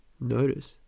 notice